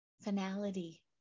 finality